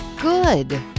Good